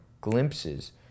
glimpses